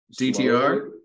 DTR